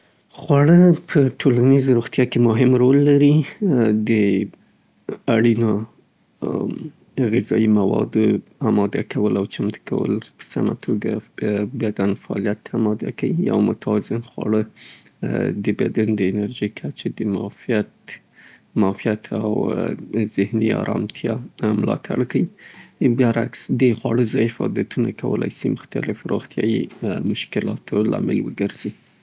خواړه زموږ په ټولیزه روغتیا کې مهم رول لري. هغه مهم او اړین غذايي مواد چمتو کول د بدن د پیاوړي ساتلو له پاره مرسته کیي. د میوو، سبزیجاتو او ټولو حبوباتو او پروټینونو څخه بډایه خواړه د صحي وزن ساتلو کې مرسته کیي. د معافیت سیستم پیاوړی کیي.